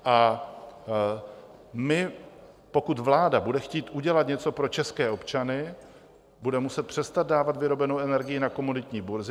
A my, pokud vláda bude chtít udělat něco pro české občany, bude muset přestat dávat vyrobenou energii na komoditní burzy.